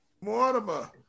Mortimer